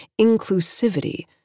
inclusivity